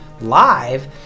live